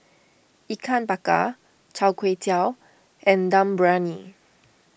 Ikan Bakar Chai Tow Kway and Dum Briyani